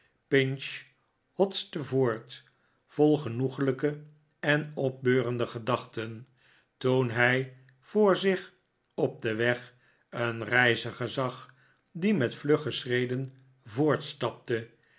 hotste voort vol genoeglijke en opbeurende gedachten toen hij voor zich op den weg een reiziger zag die met vlugge schreden voortstapte